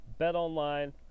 BetOnline